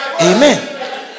Amen